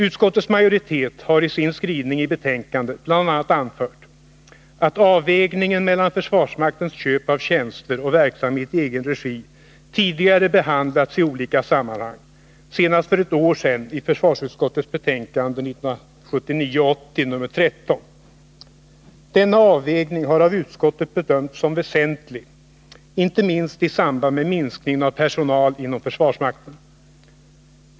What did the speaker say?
Utskottets majoritet har i sin skrivning i betänkandet bl.a. anfört, att avvägningen mellan försvarsmaktens köp av tjänster och verksamhet i egen regi tidigare behandlats i olika sammanhang, senast för ett år sedan i försvarsutskottets betänkande 1979/80:13. Denna avvägning har av utskottet bedömts som väsentlig inte minst i samband med minskning av personal inom försvarsmakten.